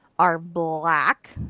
our black.